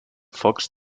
fox